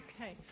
Okay